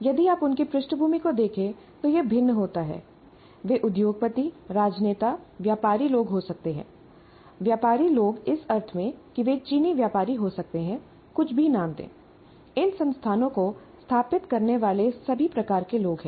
यदि आप उनकी पृष्ठभूमि को देखें तो यह भिन्न होता है वे उद्योगपतिराजनेताव्यापारी लोग हो सकते हैं व्यापारी लोग इस अर्थ में कि वे चीनी व्यापारी हो सकते हैं कुछ भी नाम दें इन संस्थानों को स्थापित करने वाले सभी प्रकार के लोग हैं